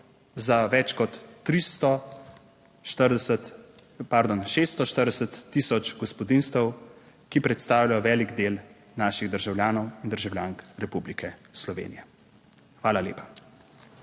za več kot 340, pardon, 640000 gospodinjstev, ki predstavljajo velik del naših državljanov in državljank Republike Slovenije? Hvala lepa.